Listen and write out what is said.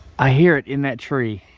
i hear it in that tree.